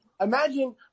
imagine